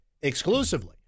exclusively